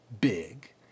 big